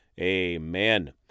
Amen